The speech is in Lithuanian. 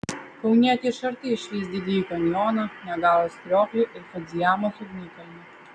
kaunietė iš arti išvys didįjį kanjoną niagaros krioklį ir fudzijamos ugnikalnį